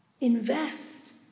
Invest